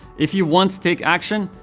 if you won't take action,